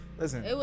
listen